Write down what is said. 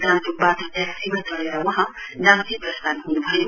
गान्तोकवाट ट्याक्सीमा चढ़ेर वहाँ नाम्ची प्रस्थान हुनुभयो